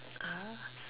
ah